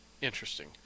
interesting